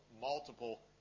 multiple